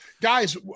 Guys